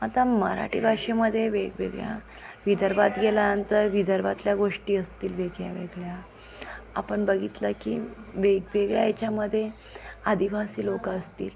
आता मराठी भाषेमध्ये वेगवेगळ्या विदर्भात गेल्यानंतर विदर्भातल्या गोष्टी असतील वेगळ्या वेगळ्या आपण बघितलं की वेगवेगळ्या याच्यामध्ये आदिवासी लोक असतील